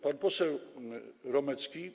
Pan poseł Romecki.